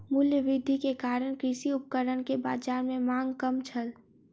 मूल्य वृद्धि के कारण कृषि उपकरण के बाजार में मांग कम छल